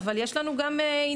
אבל יש לנו גם עניין,